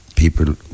People